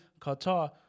Qatar